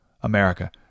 America